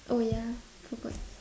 oh ya forgot